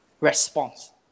response